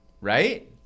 right